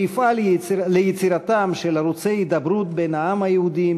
ויפעל ליצירתם של ערוצי הידברות בין העם היהודי,